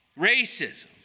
racism